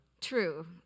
True